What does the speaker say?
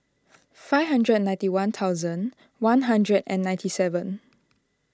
five hundred ninety one thousand one hundred and ninety seven